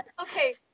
Okay